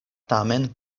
tamen